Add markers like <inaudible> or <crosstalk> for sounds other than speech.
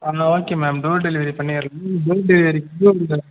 okay ma'am door delivery பண்ணிகிறேன் door delivery <unintelligible>